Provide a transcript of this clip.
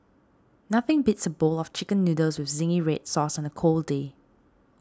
nothing beats a bowl of Chicken Noodles with Zingy Red Sauce on a cold day